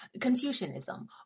Confucianism